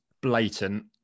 blatant